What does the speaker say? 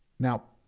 now,